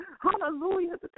Hallelujah